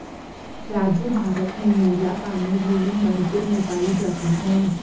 राजू भारत में नीला पानी लिली मणिपुर में पाई जाती हैं